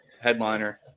headliner